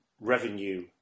revenue